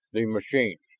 the machines,